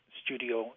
studio